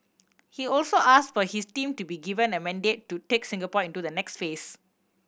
he also asked for his team to be given a mandate to take Singapore into the next phase